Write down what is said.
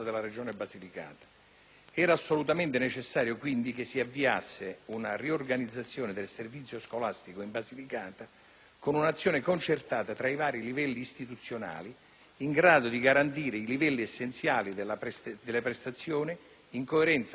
assolutamente necessario che si avviasse una riorganizzazione del servizio scolastico in Basilicata, con un'azione concertata tra i vari livelli istituzionali, in grado di garantire i livelli essenziali delle prestazioni, in coerenza con la funzione sociale